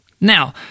Now